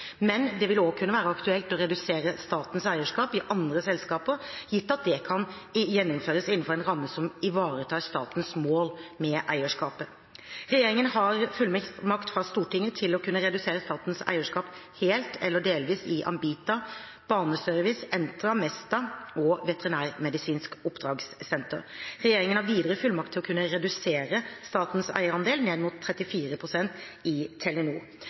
Men det vil også kunne være aktuelt å redusere statens eierskap i andre selskaper, gitt at det kan gjennomføres innenfor en ramme som ivaretar statens mål med eierskapet. Regjeringen har fullmakt fra Stortinget til å kunne redusere statens eierskap helt eller delvis i Ambita, Baneservice, Entra, Mesta og Veterinærmedisinsk Oppdragssenter. Regjeringen har videre fullmakt til å kunne redusere statens eierandel ned mot 34 pst. i